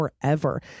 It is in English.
forever